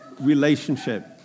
relationship